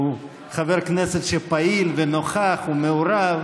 והוא חבר כנסת שפעיל ונוכח ומעורב,